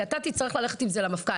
כי אתה תצטרך ללכת עם זה למפכ"ל.